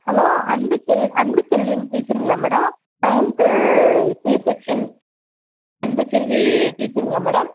hello அன்புச்செல் அன்புச்செல்விங் டீச்சருங்களா madam ninth C section Anbuselvi டீச்சருங்களா மேடம்